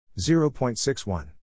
0.61